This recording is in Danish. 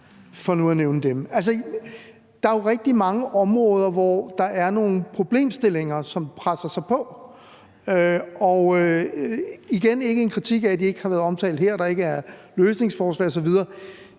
Der er jo rigtig mange områder, hvor der er nogle problemstillinger, som presser sig på. Igen vil jeg sige, at det ikke er en kritik af, at de ikke har været omtalt her, og at der ikke er løsningsforslag osv.,